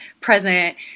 present